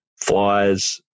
flies